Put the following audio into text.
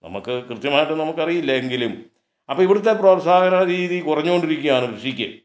നമുക്ക് കൃത്യമായിട്ട് നമുക്ക് അറിയില്ല എങ്കിലും അപ്പം ഇവിടത്തെ പ്രോത്സാഹന രീതി കുറഞ്ഞോണ്ടിരിക്കുകയാണ് കൃഷിക്ക്